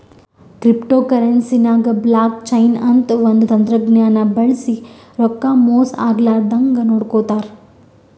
ಕ್ರಿಪ್ಟೋಕರೆನ್ಸಿಗ್ blockchain ಅಂತ್ ಒಂದ್ ತಂತಜ್ಞಾನ್ ಬಳ್ಸಿ ರೊಕ್ಕಾ ಮೋಸ್ ಆಗ್ಲರದಂಗ್ ನೋಡ್ಕೋತಾರ್